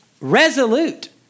resolute